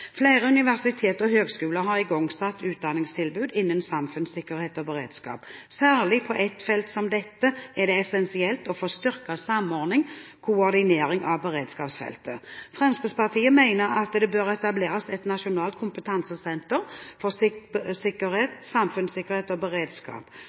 Flere universitet og høyskoler har igangsatt utdanningstilbud innen samfunnssikkerhet og beredskap. Særlig på et felt som dette er det essensielt å få styrket samordning og koordinering av beredskapsfeltet. Fremskrittspartiet mener det bør etableres et nasjonalt kompetansesenter for